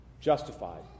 justified